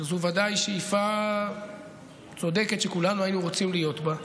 שזו ודאי שאיפה צודקת שכולנו היינו רוצים להיות בה,